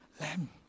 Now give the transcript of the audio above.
lamb